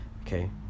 Okay